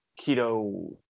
Keto